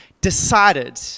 decided